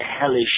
hellish